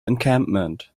encampment